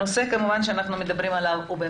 הנושא שאנחנו מדברים עליו הוא,